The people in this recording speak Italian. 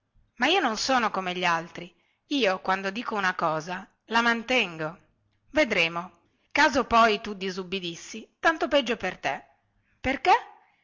ma io non sono come gli altri io quando dico una cosa la mantengo vedremo caso poi tu disubbidissi tanto peggio per te perché